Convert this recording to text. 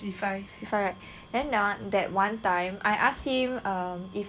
fifty five right then that one time I asked him err if